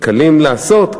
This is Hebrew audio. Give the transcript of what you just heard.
קלים לעשות,